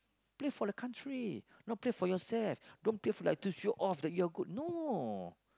play for the country not play for yourself don't play for like to show off like you're good no